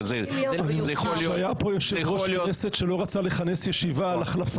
היה פה יושב-ראש כנסת שלא רצה לכנס ישיבה על החלפתו.